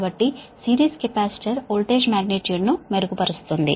కాబట్టి series capacitor voltage magnitude ను మెరుగుపరుస్తుంది